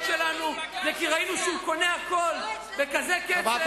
שלנו היא שראינו שהוא קונה הכול בכזה קצב,